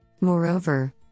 Moreover